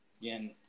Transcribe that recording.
again